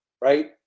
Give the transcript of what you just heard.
right